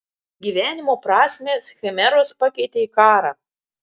gyvenimo prasmę chimeros pakeitė į karą